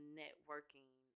networking